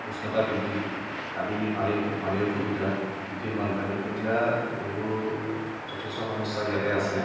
উষ্ণতা বৃদ্ধি আদি পানীৰ পানীৰ অসুবিধা কৃত্ৰিম বানপানী এগিলা এইবোৰ যথেষ্ট সমস্যা ইয়াতে আছে